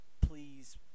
please